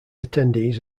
attendees